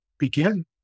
begin